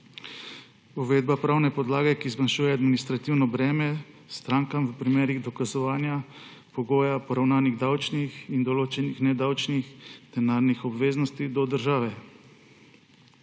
uvedba pravne podlage, ki zmanjšuje administrativno breme strankam v primerih dokazovanja pogoja poravnanih davčnih in določenih nedavčnih denarnih obveznosti do države.